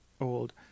old